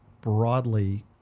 broadly